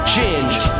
Change